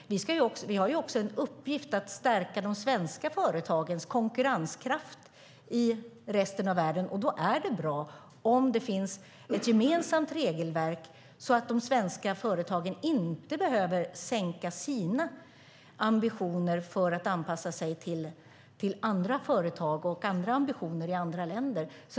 Vi har ju också i uppgift att stärka de svenska företagens konkurrenskraft i resten av världen, och då är det bra om det finns ett gemensamt regelverk så att de svenska företagen inte behöver sänka sina ambitioner för att anpassa sig till andra företag och andra ambitioner i andra länder.